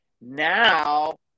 now